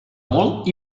molt